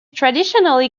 traditionally